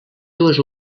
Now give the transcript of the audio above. dues